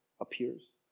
appears